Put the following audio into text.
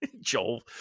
Joel